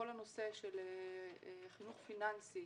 כל הנושא של חינוך פיננסי